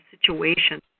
situation